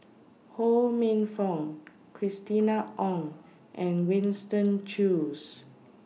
Ho Minfong Christina Ong and Winston Choos